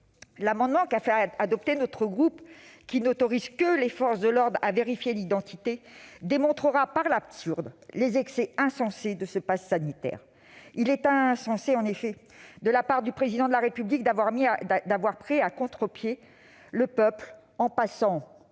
l'amendement qu'a fait adopter notre groupe, qui vise à n'autoriser que les forces de l'ordre à vérifier l'identité, démontrera par l'absurde les excès insensés de ce passe sanitaire. Il est insensé, en effet, de la part du Président de la République d'avoir pris à contre-pied le peuple en passant